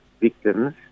victims